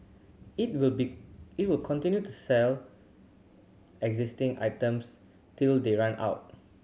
it will be it will continue to sell existing items till they run out